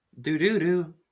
Do-do-do